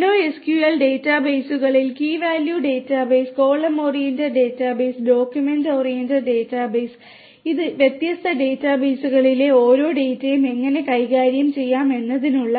NoSQL ഡാറ്റാബേസുകളിൽ key value database ഈ വ്യത്യസ്ത ഡാറ്റാബേസുകളിലെ ഓരോ ഡാറ്റയും എങ്ങനെ കൈകാര്യം ചെയ്യാമെന്നതിനുള്ള